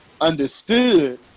understood